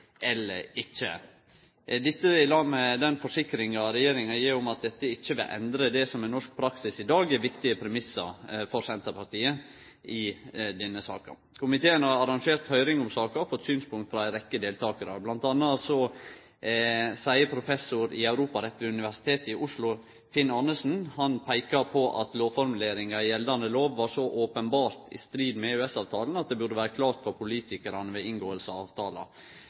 eller ikkje. Dette, i lag med den forsikringa regjeringa gir om at dette ikkje vil endre det som er norsk praksis i dag, er viktige premissar for Senterpartiet i denne saka. Komiteen har arrangert høyring i saka og fått synspunkt frå ei rekkje deltakarar. Blant anna peiker professor i europarett ved Universitetet i Oslo, Finn Arnesen, på at lovformuleringane i gjeldande lov var så openbert i strid med EØS-avtalen at det burde vere klart for politikarane ved